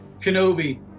kenobi